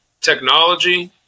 technology